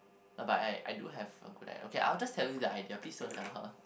oh but I I do have a good i~ okay I will just tell you the idea please don't tell her